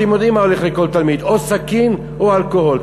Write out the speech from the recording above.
אתם יודעים מה הולך לכל תלמיד: או סכין או אלכוהול.